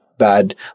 bad